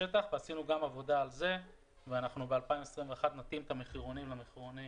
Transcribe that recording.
עשינו עבודה גם על זה וב-2021 נתאים את המחירונים למחירונים